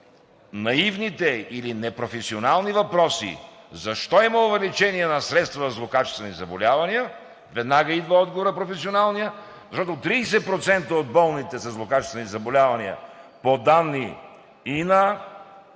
наивните или непрофесионални въпроси – защо има увеличение на средства за злокачествени заболявания, веднага идва професионалният отговор – защото 30% от болните със злокачествени заболявания, по данни и